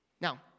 Now